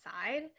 side